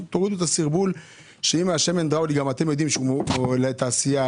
שאם השמן הידראולי לתעשייה,